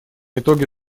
итоги